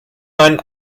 meinen